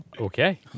Okay